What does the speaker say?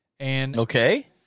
Okay